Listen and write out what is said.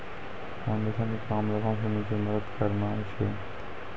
foundation के काम लोगो सिनी के मदत करनाय छै